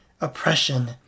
oppression